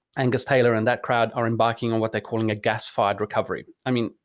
angus taylor and that crowd are embarking on what they're calling a gas-fired recovery. i mean,